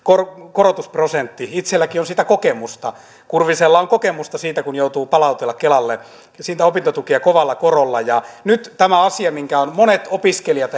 korotusprosentti itsellänikin on siitä kokemusta kurvisella on kokemusta siitä kun joutuu palauttelemaan kelalle opintotukea kovalla korolla nyt tämä asia minkä ovat monet opiskelijat ja